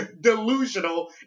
delusional